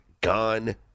gone